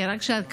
רק שאלה: